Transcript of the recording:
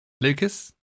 Lucas